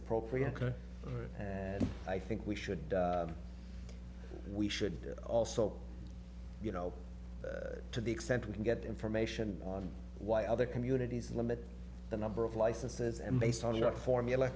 appropriate and i think we should we should also you know to the extent we can get information on why other communities limit the number of licenses and based on your formula